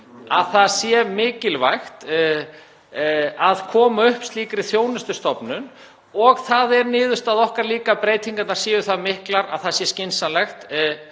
að það sé mikilvægt að koma upp slíkri þjónustustofnun og það er niðurstaða okkar líka að breytingarnar séu það miklar að það sé skynsamlegt,